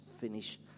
finish